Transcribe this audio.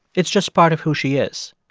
it's just part of who she is.